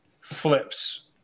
flips